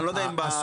אנחנו